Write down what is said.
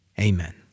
Amen